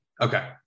okay